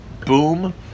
boom